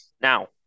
Now